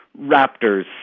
Raptors